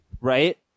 Right